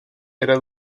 era